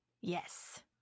Yes